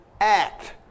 act